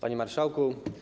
Panie Marszałku!